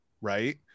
right